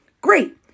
Great